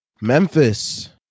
Memphis